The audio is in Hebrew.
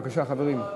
בבקשה, חברים.